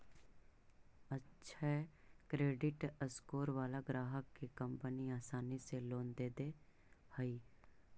अक्षय credit score वाला ग्राहक के कंपनी आसानी से लोन दे दे हइ